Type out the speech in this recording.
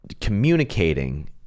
communicating